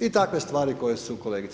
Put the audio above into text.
i takve stvari koje su kolegice